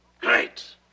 Great